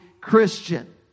Christian